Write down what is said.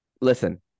listen